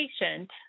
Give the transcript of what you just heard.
patient